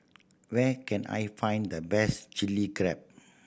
where can I find the best Chilli Crab